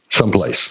Someplace